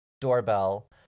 doorbell